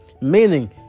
Meaning